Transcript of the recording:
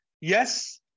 yes